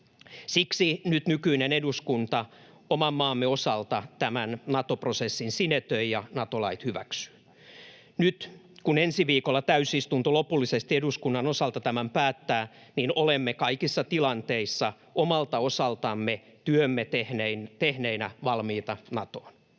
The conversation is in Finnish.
Siksi nyt nykyinen eduskunta oman maamme osalta tämän Nato-prosessin sinetöi ja Nato-lait hyväksyy. Nyt kun ensi viikolla täysistunto lopullisesti eduskunnan osalta tämän päättää, olemme kaikissa tilanteissa omalta osaltamme työmme tehneinä valmiita Natoon.